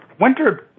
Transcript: Winter